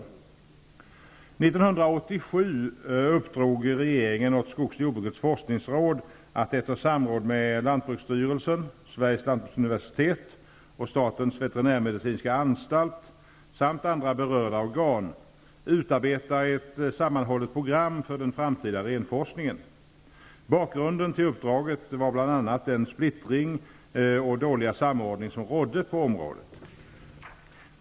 1987 uppdrog regeringen åt skogs och jordbrukets forskningsråd att efter samråd med lantbruksstyrelsen, Sveriges lantbruksuniversitet och statens veterinärmedicinska anstalt samt andra berörda organ utarbeta ett sammanhållet program för den framtida renforskningen. Bakgrunden till uppdraget var bl.a. den splittring och dåliga samordning som rådde på området.